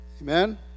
Amen